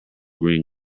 green